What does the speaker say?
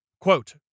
quote